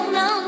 no